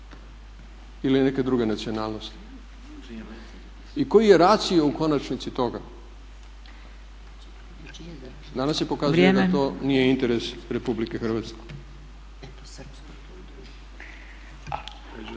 ili neke druge nacionalnosti? I koji je racio u konačnici toga? Danas se pokazuje da to nije interes RH.